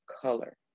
color